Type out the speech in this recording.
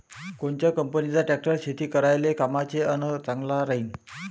कोनच्या कंपनीचा ट्रॅक्टर शेती करायले कामाचे अन चांगला राहीनं?